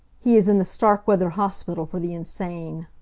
he is in the starkweather hospital for the insane.